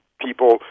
people